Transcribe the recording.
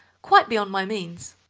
quite beyond my means.